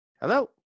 Hello